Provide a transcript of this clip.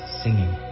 singing